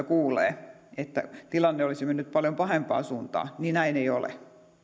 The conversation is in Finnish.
kuulee että tilanne olisi mennyt paljon pahempaan suuntaan niin näin ei ole